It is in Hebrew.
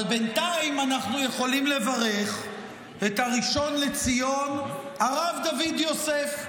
אבל בינתיים אנחנו יכולים לברך את הראשון לציון הרב דוד יוסף.